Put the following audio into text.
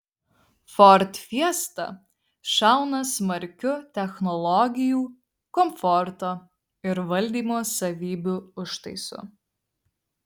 ford fiesta šauna smarkiu technologijų komforto ir valdymo savybių užtaisu